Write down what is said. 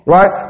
Right